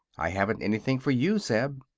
i haven't anything for you, zeb.